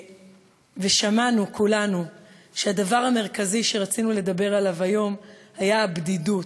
ושמענו כולנו שהדבר המרכזי שרצינו לדבר עליו היום היה הבדידות,